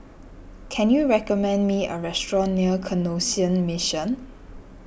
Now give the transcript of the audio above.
can you recommend me a restaurant near Canossian Mission